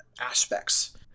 aspects